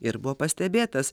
ir buvo pastebėtas